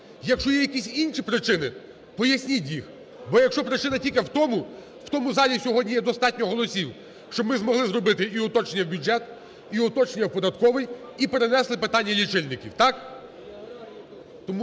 Якщо є якісь інші причини, поясніть їх. Бо, якщо причина тільки в тому, в тому залі сьогодні є достатньо голосів, щоб ми змогли зробити і уточнення в бюджет, і уточнення в податковий, і перенесли питання лічильників. Так?